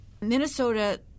Minnesota